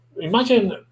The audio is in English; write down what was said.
imagine